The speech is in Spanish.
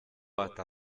hasta